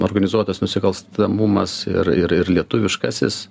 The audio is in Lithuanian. organizuotas nusikalstamumas ir ir lietuviškasis